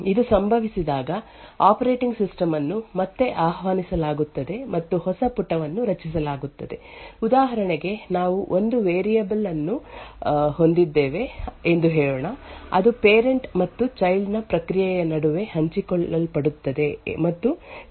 ಇದು ಸಂಭವಿಸಿದಾಗ operating system ಅನ್ನು ಮತ್ತೆ ಆಹ್ವಾನಿಸಲಾಗುತ್ತದೆ ಮತ್ತು ಹೊಸ ಪುಟವನ್ನು ರಚಿಸಲಾಗುತ್ತದೆ ಉದಾಹರಣೆಗೆ ನಾವು ಒಂದು ವೇರಿಯೇಬಲ್ ಅನ್ನು ಹೊಂದಿದ್ದೇವೆ ಎಂದು ಹೇಳೋಣ ಅದು ಪೇರೆಂಟ್ ಮತ್ತು ಚೈಲ್ಡ್ ನ ಪ್ರಕ್ರಿಯೆಯ ನಡುವೆ ಹಂಚಿಕೊಳ್ಳಲ್ಪಡುತ್ತದೆ ಮತ್ತು ಚೈಲ್ಡ್ ಅನ್ನು ರಚಿಸಿದ ನಂತರ ಚೈಲ್ಡ್ ನ ಪ್ರಕ್ರಿಯೆ ಆ ಸೂಚನೆಯನ್ನು ಕಾರ್ಯಗತಗೊಳಿಸಿದಾಗ ನಿರ್ದಿಷ್ಟ ಡೇಟಾ ವನ್ನು ಮಾರ್ಪಡಿಸುತ್ತದೆ